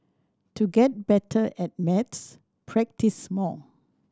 to get better at maths practise more